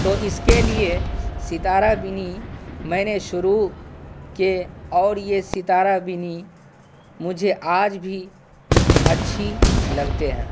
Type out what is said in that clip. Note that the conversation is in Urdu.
تو اس کے لیے ستارہ بینی میں نے شروع کی اور یہ ستارہ بینی مجھے آج بھی اچھی لگتے ہیں